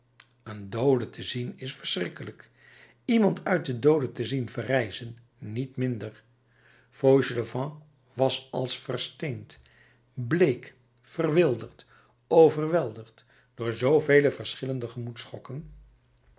een doode te zien is verschrikkelijk iemand uit den doode te zien verrijzen niet minder fauchelevent was als versteend bleek verwilderd overweldigd door zoo vele verschillende